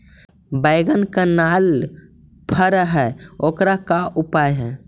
बैगन कनाइल फर है ओकर का उपाय है?